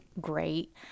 great